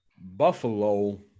Buffalo